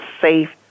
safe